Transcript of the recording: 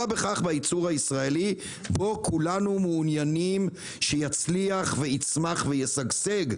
בכך בייצור הישראלי בו כולנו מעוניינים שיצליח ויצמח וישגשג?